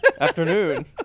afternoon